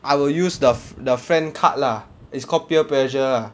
I will use the the friend card lah it's called peer pressure lah